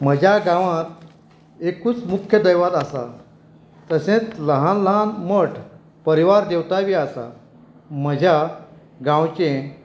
म्हज्या गांवांत एकूच मुख्य दैवत आसा तशेंच लहान लहान मट परिवार देवताय बी आसा म्हज्या गांवचें